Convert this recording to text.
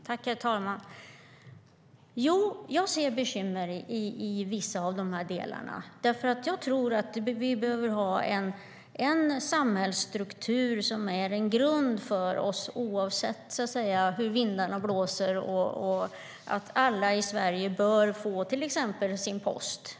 Herr talman! Jo, jag ser bekymmer i vissa av de här delarna. Jag tror att vi behöver ha en samhällsstruktur som är en grund för oss, oavsett hur vindarna blåser, och att alla i Sverige till exempel bör få sin post.